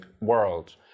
world